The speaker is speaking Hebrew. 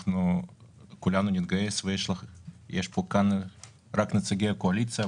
יש פה כרגע רק נציגי קואליציה,